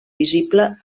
visible